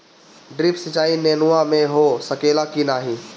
Drip सिंचाई नेनुआ में हो सकेला की नाही?